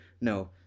No